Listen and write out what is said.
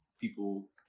people